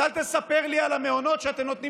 אז אל תספר לי על המעונות שאתם נותנים